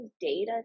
data